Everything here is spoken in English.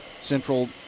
Central